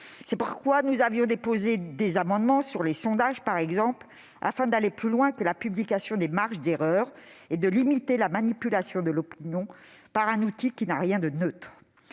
C'est pourquoi nous avions déposé des amendements sur les sondages, par exemple, afin d'aller plus loin que la publication des marges d'erreur et de limiter la manipulation de l'opinion par un outil qui n'a rien de neutre.